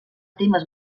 temes